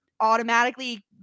Automatically